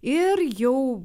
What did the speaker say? ir jau